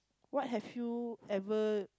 what have you ever